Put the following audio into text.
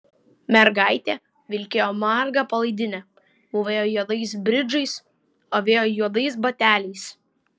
mergaitė vilkėjo marga palaidine mūvėjo juodais bridžais avėjo juodais bateliais